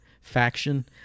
faction